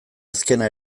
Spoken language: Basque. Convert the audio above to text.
azkena